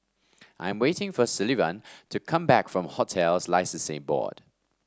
I'm waiting for Sullivan to come back from Hotels Licensing Board